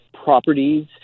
properties